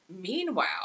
Meanwhile